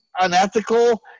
unethical